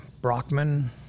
Brockman